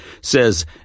says